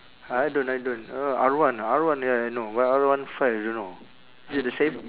I don't I don't uh R one R one ya I know but R one five I don't know is it the same